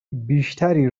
بیشتری